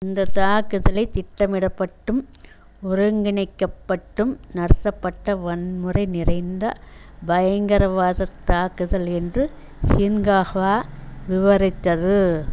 இந்தத் தாக்குதலை திட்டமிடப்பட்டும் ஒருங்கிணைக்கப்பட்டும் நடத்தப்பட்ட வன்முறை நிறைந்த பயங்கரவாதத் தாக்குதல் என்று கின்ஹாக்வா விவரித்தது